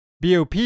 BOP